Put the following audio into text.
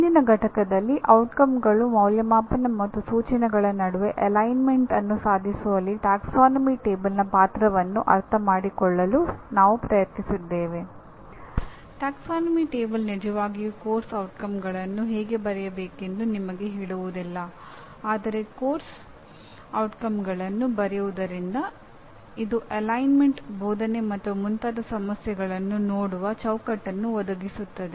ಹಿಂದಿನ ಘಟಕದಲ್ಲಿ ಔಟ್ಕಮ್ಗಳು ಮೌಲ್ಯಮಾಪನ ಮತ್ತು ಸೂಚನೆಗಳ ನಡುವೆ ಅಲೈನ್ಮೆಂಟ್ ಬೋಧನೆ ಮತ್ತು ಮುಂತಾದ ಸಮಸ್ಯೆಗಳನ್ನು ನೋಡುವ ಚೌಕಟ್ಟನ್ನು ಒದಗಿಸುತ್ತದೆ